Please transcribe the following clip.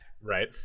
Right